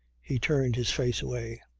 he turned his face away.